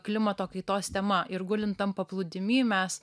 klimato kaitos tema ir gulint tam paplūdimy mes